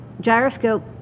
gyroscope